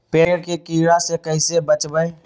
पेड़ के कीड़ा से कैसे बचबई?